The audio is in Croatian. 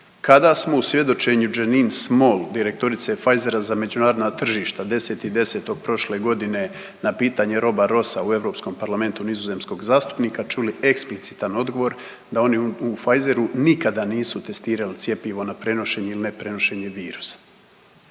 kada smo u svjedočenju Janine Small, direktorice Pfizera za međunarodna tržišta 10.10. prošle godine na pitanje Roba Rossa u Europskom parlamentu nizozemskog zastupnika, čuli eksplicitan odgovor da oni u Pfizeru nikada nisu testirali cjepivo na prenošenje ili neprenošenje virusa.